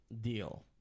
deal